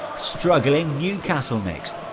struggling newcastle next.